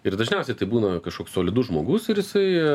ir dažniausiai tai būna kažkoks solidus žmogus ir jisai